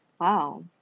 Wow